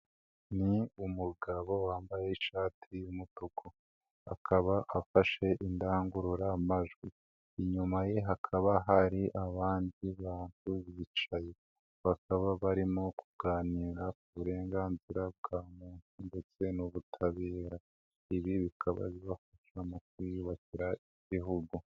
Ni umugabo wambaye ishati y'umutuku akaba afashe indangururamajwi, inyuma ye hakaba hari abandi bantu bicaye bakaba barimo kuganira ku uburenganzira bwa muntu ndetse n'ubutabera, ibi bikaba bibafasha mu kwiyubakira igihugu.